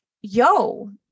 yo